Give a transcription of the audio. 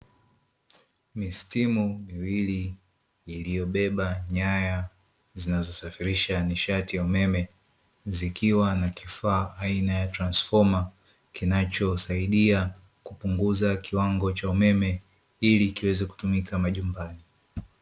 Mistimu miwili iliyobeba nyaya zinazosafirisha nishati ya umeme, zikiwa na kifaa aina ya transfoma, kinachosaidia kupunguza kiwango cha umeme ili kiweze kutumika majumbani.